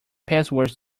passwords